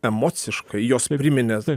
emociškai jos priminė